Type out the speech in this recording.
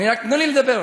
רק תנו לי לדבר.